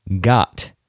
got